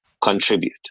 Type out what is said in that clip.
contribute